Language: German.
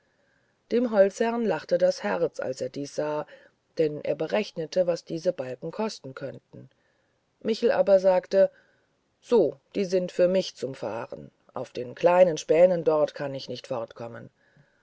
dem holzherrn lachte das herz als er dies sah denn er berechnete was diese balken kosten könnten michel aber sagte so die sind für mich zum fahren auf den kleinen spänen dort kann ich nicht